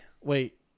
Wait